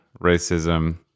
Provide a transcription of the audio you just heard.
racism